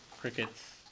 Crickets